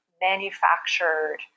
manufactured